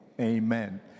Amen